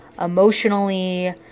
emotionally